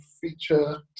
feature